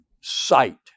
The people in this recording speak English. sight